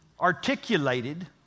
articulated